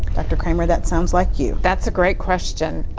dr. kramer, that sounds like you. that's a great question.